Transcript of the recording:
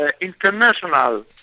international